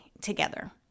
together